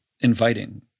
inviting